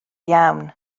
iawn